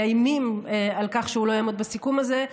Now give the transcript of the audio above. בדרך שמאיימים על כך שהוא לא יעמוד בסיכום הזה,